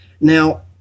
Now